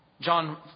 John